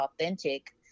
authentic